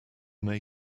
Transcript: may